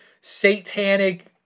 satanic